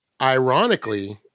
ironically